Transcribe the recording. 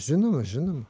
žinoma žinoma